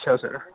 ਅੱਛਾ ਸਰ